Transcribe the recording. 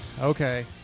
Okay